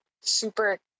super